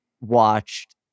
watched